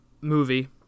movie